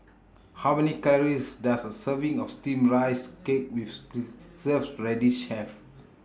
How Many Calories Does A Serving of Steamed Rice Cake with Preserved Radish Have